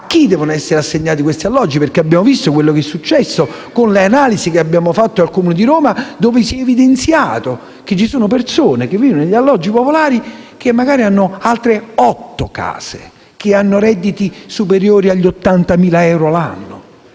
a chi devono essere assegnati questi alloggi, perché abbiamo visto quello che è successo con le analisi che abbiamo fatto al Comune di Roma, da cui si è evidenziato che ci sono persone che vivono negli alloggi popolari e che magari hanno altre otto case, o che hanno redditi superiori agli 80.000 euro l'anno.